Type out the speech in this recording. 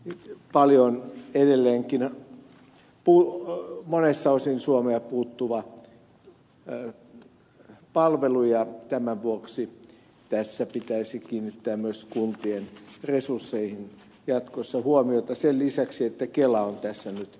se on edelleenkin monessa osin suomea puuttuva palvelu ja tämän vuoksi tässä pitäisi kiinnittää myös kuntien resursseihin jatkossa huomiota sen lisäksi että kela on tässä nyt mukana